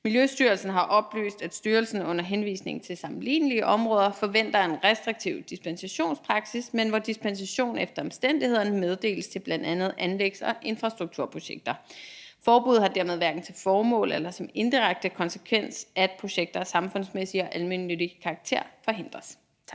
Miljøstyrelsen har oplyst, at styrelsen under henvisning til sammenlignelige områder forventer en restriktiv dispensationspraksis, men hvor dispensation efter omstændighederne meddeles til bl.a. anlægs- og infrastrukturprojekter. Forbuddet har dermed hverken til formål eller den indirekte konsekvens, at projekter af samfundsmæssig og almennyttig karakter forhindres.